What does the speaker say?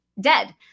dead